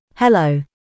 Hello